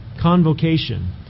convocation